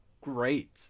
great